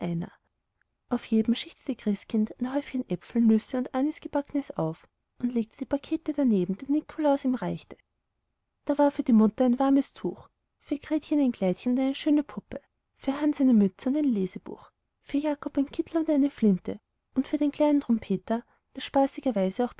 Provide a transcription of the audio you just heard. auf jedem schichtete christkind ein häufchen äpfel nüsse und anisgebacknes auf und legte die pakete daneben die nikolaus ihm reichte da war für die mutter ein warmes tuch für gretchen ein kleidchen und eine schöne puppe für hans eine mütze und ein lesebuch für jakob ein kittel und eine flinte und für den kleinen trompeter der spaßigerweise auch